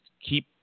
keep